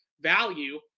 value